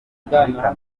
biga